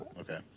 Okay